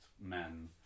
men